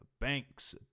banks